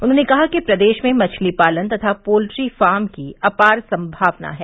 उन्होंने कहा कि प्रदेश में मछली पालन तथा पोल्ट्री फार्म की अपार संभावना है